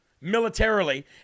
militarily